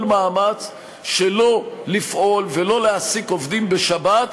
כל מאמץ שלא לפעול ולא להעסיק עובדים בשבת,